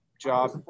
job